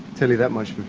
tell you that much